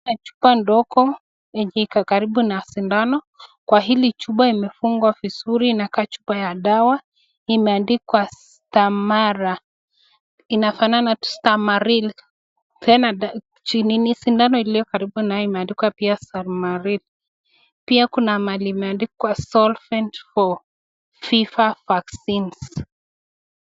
Chupa ndogo yenye iko karibu na sindano, kwa hili Chupa imefungwa vizuri inakaa chupa ya dawa imeandikwa stamaril tena sindano ilio karibu naye imeandikwa stamaril . Pia kuna mahali imeandikwa solvent for fever vaccines .